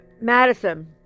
Madison